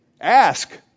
Ask